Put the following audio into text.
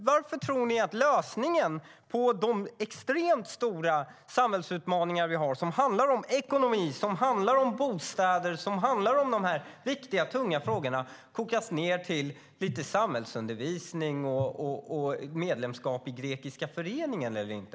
Varför tror ni att lösningen på de extremt stora samhällsutmaningarna vi har när det gäller ekonomi, bostäder och andra tunga frågor kan kokas ned till lite samhällsundervisning och om man är medlem i Grekiska föreningen eller inte?